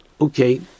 Okay